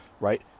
right